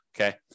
okay